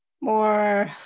more